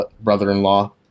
brother-in-law